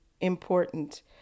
important